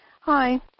Hi